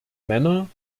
männer